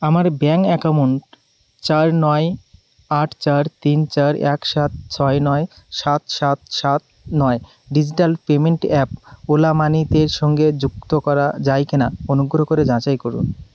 আমার bank account চার নয় আট চার তিন চার এক সাত ছয় নয় সাত সাত সাত নয় ডিজিটাল পেমেন্ট অ্যাপ ওলা মানিতের সঙ্গে যুক্ত করা যায় কি না অনুগ্রহ করে যাচাই করুন